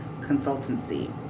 consultancy